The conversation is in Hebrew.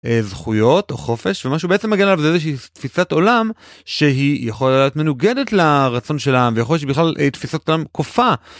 זכויות או חופש ומשהו בעצם מגיע אליו זה איזה שהיא תפיסת עולם שהיא יכולה להיות מנוגדת לרצון של העם ויכול להיות שהיא בכלל תפיסת עולם כופה.